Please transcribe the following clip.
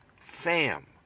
fam